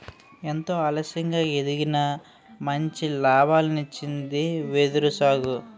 ఎంతో ఆలస్యంగా ఎదిగినా మంచి లాభాల్నిచ్చింది వెదురు సాగు